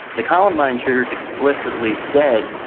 the columbine shooters explicitly said,